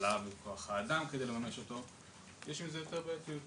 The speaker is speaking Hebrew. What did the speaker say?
העלאה בכוח האדם כדי לממש אותו יש עם זה יותר בעייתיות.